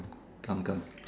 come come